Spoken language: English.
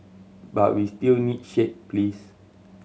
but we still need shade please